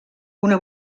una